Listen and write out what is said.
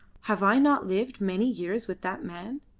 have i not lived many years with that man?